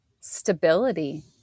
stability